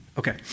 Okay